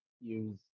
use